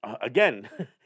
again